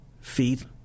feet